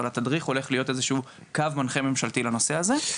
אבל התדריך הולך להיות איזה שהוא קו ממשלתי מנחה לנושא הזה.